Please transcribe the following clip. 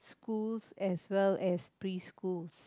schools as well as preschools